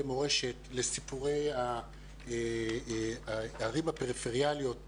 מורשת לסיפורי הערים הפריפריאליות,